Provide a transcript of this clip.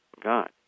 God